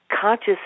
conscious